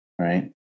right